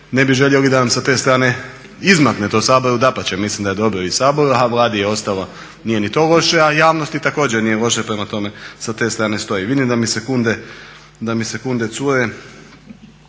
ne bi željeli da nam sa te strane izmakne to u Saboru. dapače, mislim da je dobro i Saboru, a Vladi je ostalo nije ni to loše, a javnosti također nije loše prema tome sa te strane stoji. Vidim da mi sekunde cure,